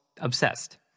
obsessed